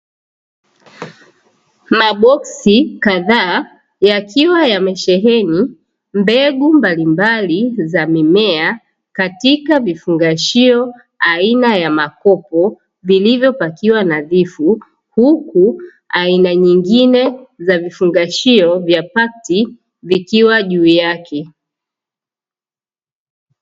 Maboksi kadhaa yakiwa yamesheheni mbegu mbalimbali za mimea katika vifungashio aina ya makopo vilivyopakiwa nadhifu, huku aina nyingine za vifungashio vya pakiti vikiwa juu yake.